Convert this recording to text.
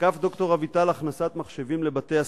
תקף ד"ר אביטל הכנסת מחשבים לבתי-הספר.